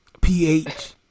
PH